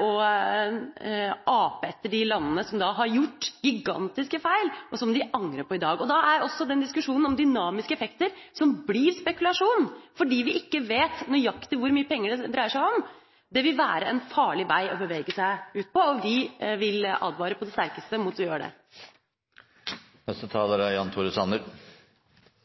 å ape etter de landene som har gjort gigantiske feil, som de angrer på i dag. Da er også diskusjonen om dynamiske effekter, som blir spekulasjon fordi vi ikke vet nøyaktig hvor mye penger det dreier seg om, en farlig vei å bevege seg ut på, og vi vil advare på det sterkeste mot å gjøre det. Jan Tore Sanner